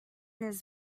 his